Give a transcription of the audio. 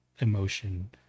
emotion